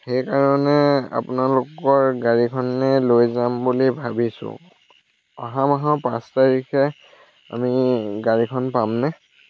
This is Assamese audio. সেইকাৰণে আপোনালোকৰ গাড়ীখনে লৈ যাম বুলি ভাবিছোঁ অহা মাহৰ পাঁচ তাৰিখে আমি গাড়ীখন পামনে